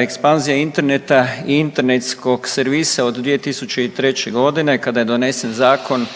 Ekspanzija interneta i internetskog servisa od 2003. g. kada je donesen Zakon